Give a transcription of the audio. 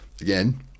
Again